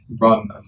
run